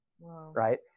right